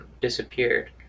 disappeared